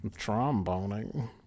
tromboning